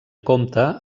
compte